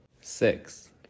Six